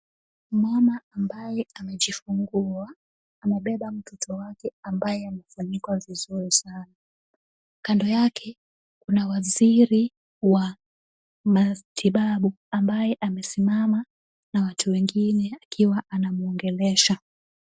Mama ambaye amejifungua, amebeba mtoto wake ambaye amefunikwa vizuri sana, kando yake kuna waziri wa matibabu ambaye amesimama na watu wengine akiwa anamuongelesha.